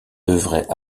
devrait